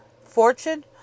Fortune